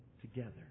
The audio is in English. together